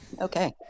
Okay